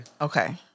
Okay